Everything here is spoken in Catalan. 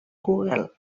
google